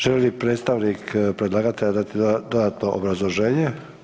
Želi li predstavnik predlagatelja dati dodatno obrazloženje?